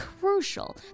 crucial